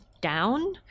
down